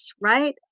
right